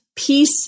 peace